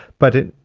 but it.